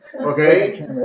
okay